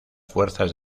fuerzas